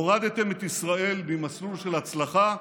הורדתם את ישראל ממסלול של הצלחה,